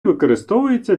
використовується